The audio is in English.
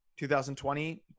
2020